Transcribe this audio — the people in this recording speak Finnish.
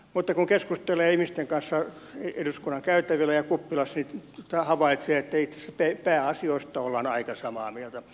mutta kun keskustelee ihmisten kanssa eduskunnan käytävillä ja kuppilassa havaitsee että itse asiassa pääasioista ollaan aika samaa mieltä